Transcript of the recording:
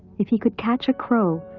if he could catch a crow,